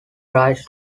tries